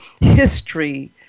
history